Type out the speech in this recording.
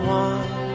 one